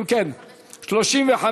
אם כן, 35,